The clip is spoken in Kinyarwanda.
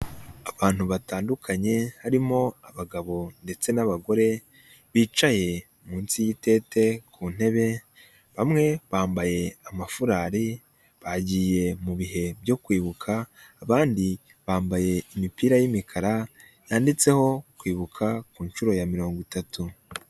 Abantu batandukanye harimo abagabo ndetse n'abagore bicaye munsi y'ibitente ku ntebe bamwe bambaye amafarari bagiye mu bihe byo kwibuka abandi bambaye imipira y'imikara yanditseho kwibuka ku nshuro ya mirongo itatu.